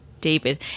David